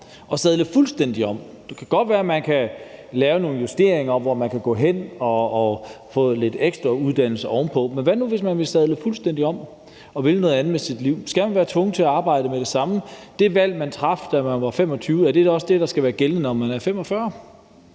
og sadle fuldstændig om. Det kan godt være, at man kan lave nogle justeringer, i forhold til hvor man kan gå hen og få lidt ekstra uddannelse oveni, men hvad nu, hvis man vil sadle fuldstændig om og vil noget andet med sit liv? Skal man være tvunget til at arbejde med det samme? Er det valg, man traf, da man var 25 år, også det, der skal være gældende, når man er 45